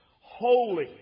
Holy